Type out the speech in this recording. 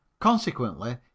Consequently